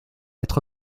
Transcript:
être